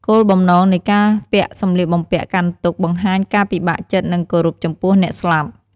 គោលបំណងនៃការពាក់សម្លៀកបំពាក់កាន់ទុក្ខបង្ហាញការពិបាកចិត្ត និងគោរពចំពោះអ្នកស្លាប់។